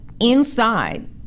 inside